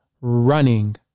running